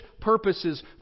purposes